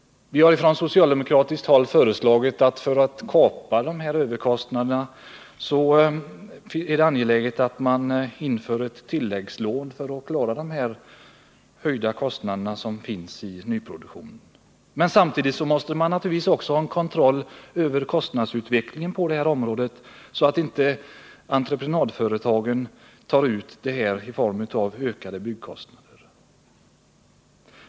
Vi har från socialdemokratiskt håll föreslagit att det skall införas ett tilläggslån för att kapa överkostnaderna i nyproduktionen. Samtidigt fordras naturligtvis också en kontroll över kostnadsutvecklingen på området, så att inte entreprenadföretagen kan göra vinster på vad som kallas ökade byggkostnader.